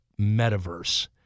Metaverse